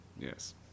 Yes